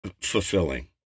fulfilling